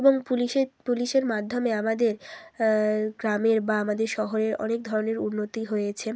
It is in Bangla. এবং পুলিশের পুলিশের মাধ্যমে আমাদের গ্রামের বা আমাদের শহরের অনেক ধরনের উন্নতি হয়েছে